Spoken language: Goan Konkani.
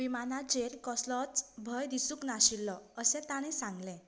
विमानाचेर कसलोच भंय दिसूंक नाशिल्लो अशें तांणी सांगलें